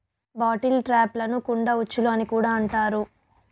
bottle ట్రాప్లను కుండ ఉచ్చులు అని కూడా అంటారు